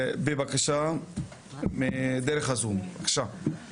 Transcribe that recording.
לגבש את האסטרטגיה של הממשלה בתחום